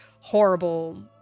horrible